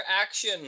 action